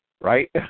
right